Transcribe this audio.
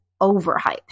overhyped